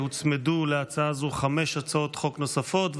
הוצמדו להצעה הזו חמש הצעות חוק נוספות,